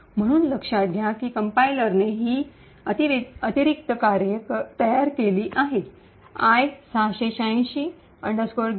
म्हणून लक्षात घ्या की कंपाईलरने ही अतिरिक्त कार्ये तयार केली आहेत i686 get pc thunk